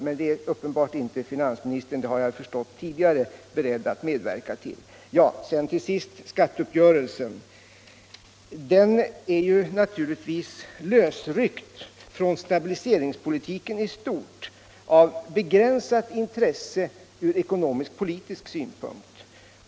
Men uppenbart är att finansministern inte är beredd att medverka till det, det har jag förstått tidigare. Så till sist något om skatteuppgörelsen. Den är naturligtvis, lösryckt från stabiliseringspolitiken i stort, av begränsat intresse från ekonomisk politisk synpunkt.